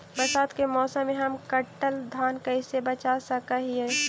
बरसात के मौसम में हम कटल धान कैसे बचा सक हिय?